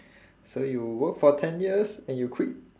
so you work for ten years and you quit